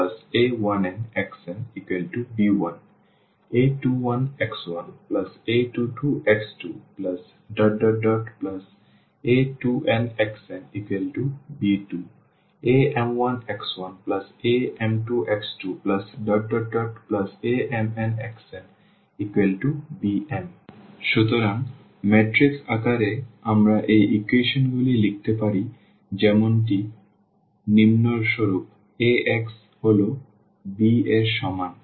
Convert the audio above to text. a11x1a12x2a1nxnb1 a21x1a22x2a2nxnb2 am1x1am2x2⋯amnxnbm সুতরাং matrix আকারে আমরা এই ইকুয়েশনগুলি লিখতে পারি যেমন টি নিম্নরূপ A x হল b এর সমান